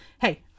hey